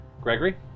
Gregory